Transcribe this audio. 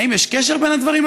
האם יש קשר בין הדברים,